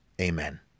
Amen